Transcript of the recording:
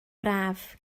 braf